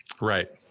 Right